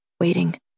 waiting